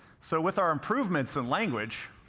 so with our improvements in language,